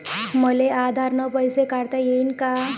मले आधार न पैसे काढता येईन का?